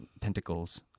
Tentacles